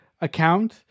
account